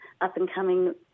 up-and-coming